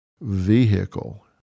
vehicle